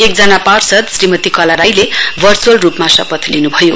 एकजना पार्षद श्रीमती कला राईले भर्चुअल रुपमा शपथ लिनुभयो